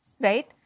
right